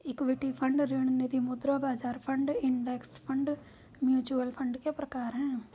equity fund ऋण निधिमुद्रा बाजार fund index fund mutual fund के प्रकार हैं